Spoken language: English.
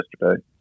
yesterday